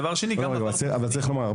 דבר שני --- אבל צריך לומר שיש מקרים